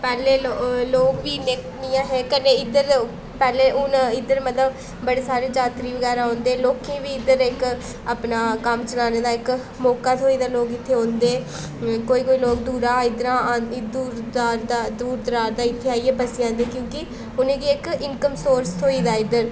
पैह्लें ल लोक बी इन्ने निं है हे कन्नै इद्धर पैह्लें हून इद्धर मतलब बड़े सारे जात्तरी बगैरा औंदे लोकें बी इद्धर इक अपना कम्म चलाने दा इक मौका थ्होई दा लोग इत्थै औंदे कोई कोई लोग दूरां इद्धरा आं दूरदराज दा इत्थै आइयै बस्सी जंदे क्योंकि उ'नें गी इक इनकम सोर्स थ्होई दा इद्धर